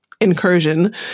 incursion